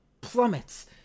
plummets